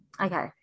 okay